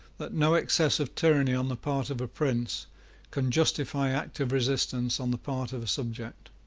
that no excess of tyranny on the part of a prince can justify active resistance on the part of a subject.